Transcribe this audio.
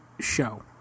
show